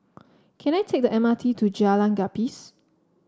can I take the M R T to Jalan Gapis